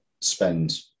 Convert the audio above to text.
spend